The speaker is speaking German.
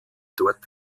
dort